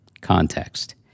context